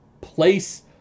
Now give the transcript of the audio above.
place